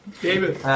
David